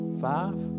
Five